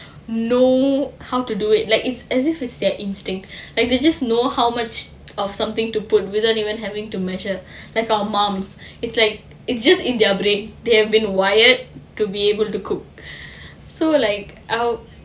know how to do it like it's as if it's their instinct like they just know how much of something to put without even having to measure like for our mums it's like it's just in their brain they have been wired to be able to cook so like I'll